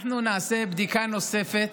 נעשה בדיקה נוספת